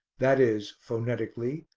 that is phonetically,